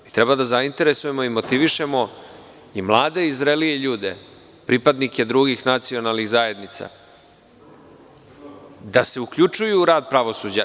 Da li treba da zainteresujemo i motivišemo mlade i zrelije ljude, pripadnike drugih nacionalnih zajednica da se uključuju u rad pravosuđa?